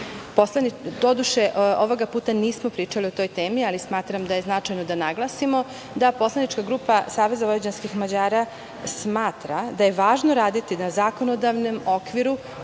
godinu. Doduše, ovoga puta nismo pričali o toj temi, ali smatram da je značajno da naglasimo da poslanička grupa Saveza vojvođanskih Mađara smatra da je važno raditi na zakonodavnom okviru